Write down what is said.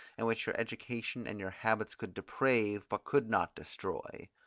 and which your education and your habits could deprave, but could not destroy.